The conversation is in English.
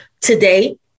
Today